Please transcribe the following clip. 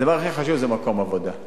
הדבר הכי חשוב זה מקום עבודה.